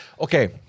okay